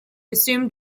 assume